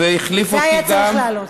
והחליף אותי גם.